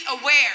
aware